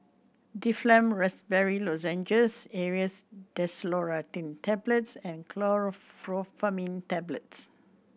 Difflam Raspberry Lozenges Aerius Desloratadine Tablets and Chlorpheniramine Tablets